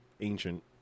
ancient